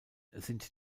sind